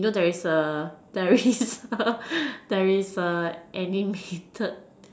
you know there is a there is a there is a animated